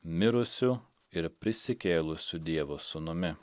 mirusiu ir prisikėlusiu dievo sūnumi